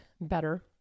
better